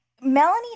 Melanie